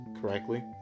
correctly